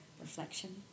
reflection